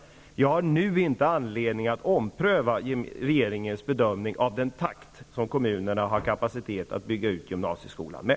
Jag har nu inte anledning att ompröva regeringens bedömning av den takt som kommunerna har kapacitet att bygga ut gymnasieskolan med.